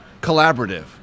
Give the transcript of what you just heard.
collaborative